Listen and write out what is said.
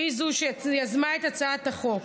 שהיא שיזמה את הצעת החוק.